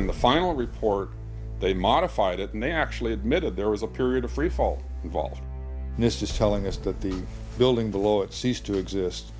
in the final report they modified it and they actually admitted there was a period of freefall involved this is telling us that the building below it ceased to exist